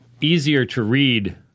easier-to-read